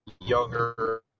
younger